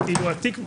ברגע שהתיק אצלנו,